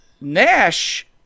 Nash